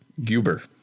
Guber